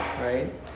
right